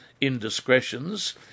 indiscretions